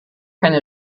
keine